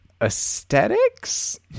Aesthetics